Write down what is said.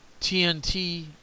TNT